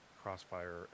Crossfire